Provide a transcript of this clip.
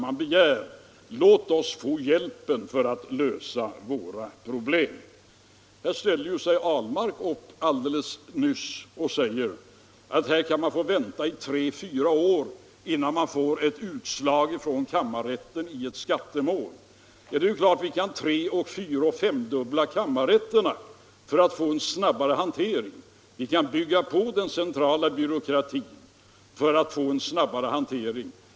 Man säger: Låt oss få hjälp att lösa våra problem! Här ställde sig herr Ahlmark upp alldeles nyss och sade att man kan få vänta tre fyra år innan man får ett utslag från kammarrätten i ett skattemål. Det är klart att vi kan tre-, fyroch femdubbla kammarrätterna. Vi kan bygga på den centrala byråkratin för att få snabbare hantering.